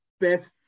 best